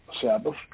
Sabbath